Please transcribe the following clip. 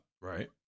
right